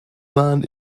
waren